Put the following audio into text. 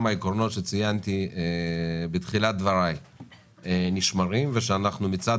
העקרונות שציינתי בתחילת דבריי נשמרים - שאנחנו מצד